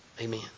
amen